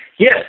Yes